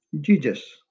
Jesus